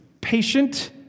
patient